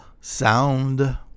sound